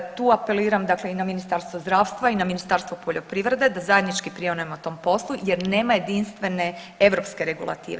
Tu apeliram i na Ministarstvo zdravstva i na Ministarstvo poljoprivrede da zajednički prionemo tom poslu jer nema jedinstvene europske regulative.